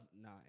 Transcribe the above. nine